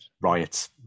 riots